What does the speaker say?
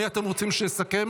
מי אתם רוצים שיסכם?